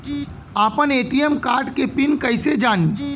आपन ATM card के pin कईसे जानी?